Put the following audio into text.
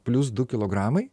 plius du kilogramai